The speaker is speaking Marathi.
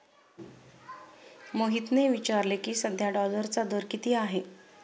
मोहितने विचारले की, सध्या डॉलरचा दर किती आहे?